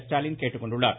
ஸ்டாலின் கேட்டுக்கொண்டுள்ளார்